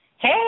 Hey